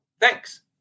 Thanks